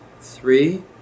three